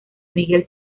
miguel